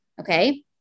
okay